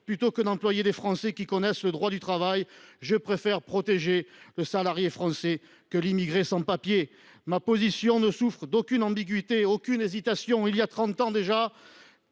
plutôt que d’employer des Français qui connaissent le droit du travail. Je préfère protéger le salarié français que l’immigré sans papiers et cette position ne souffre d’aucune ambiguïté ni d’aucune hésitation. Il y a trente ans déjà,